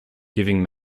giving